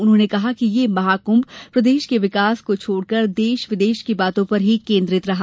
उन्होंने कहा कि ये महाकृभ प्रदेश के विकास को छोड़ देश विदेश की बातों पर ही केन्द्रित रहा